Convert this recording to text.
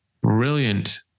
brilliant